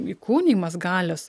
įkūnijimas galios